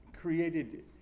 created